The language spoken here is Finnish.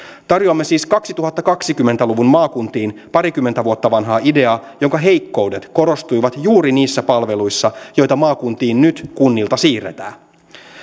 tarjoamme siis kaksituhattakaksikymmentä luvun maakuntiin parikymmentä vuotta vanhaa ideaa jonka heikkoudet korostuivat juuri niissä palveluissa joita maakuntiin nyt kunnilta siirretään